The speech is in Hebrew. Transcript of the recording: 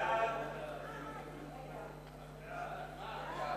סעיפים 5 13 נתקבלו.